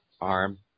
arm